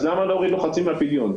למה להוריד להם חצי מהפדיון?